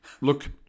Look